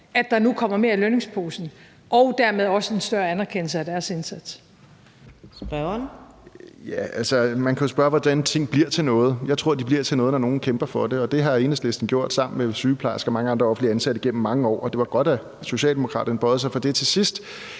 Fjerde næstformand (Karina Adsbøl): Spørgeren. Kl. 14:03 Pelle Dragsted (EL): Altså, man kan jo spørge, hvordan ting bliver til noget. Jeg tror, de bliver til noget, når nogen kæmper for det, og det har Enhedslisten gjort sammen med sygeplejerskerne og mange andre offentligt ansatte gennem mange år. Og det var godt, at Socialdemokraterne bøjede sig for det til sidst.